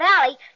Valley